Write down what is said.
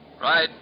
Right